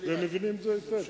והם מבינים את זה היטב.